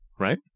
Right